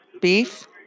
Beef